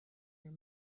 your